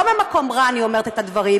לא ממקום רע אני אומרת את הדברים.